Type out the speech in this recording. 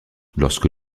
lorsque